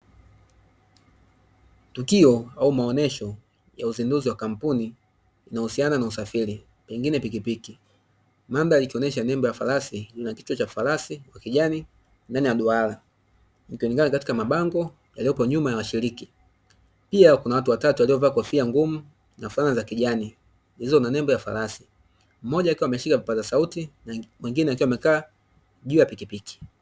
Tukio au maonyesho ya uzinduzi wa kampuni inayohusiana na usafiri pengine pikipiki, mandhari ikionyesha nembo ya farasi yenye kichwa cha farasi wa kijani, ndani ya duara ikionekana katika mabango yaliyopo nyuma ya washiriki, pia kuna watu watatu waliovaa kofia ngumu za fomu ya kijani zilizo na nembo ya farasi mmoja akiwa ameshika kipaza sauti na mwingine akiwa amekaa juu ya pikipiki.